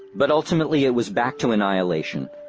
but ultimately, it was back to annihilation.